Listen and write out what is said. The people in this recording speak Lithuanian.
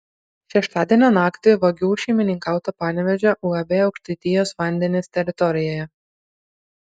šeštadienio naktį vagių šeimininkauta panevėžio uab aukštaitijos vandenys teritorijoje